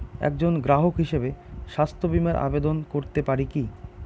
একজন গ্রাহক হিসাবে স্বাস্থ্য বিমার আবেদন করতে পারি কি?